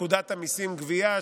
פקודת המיסים (גבייה),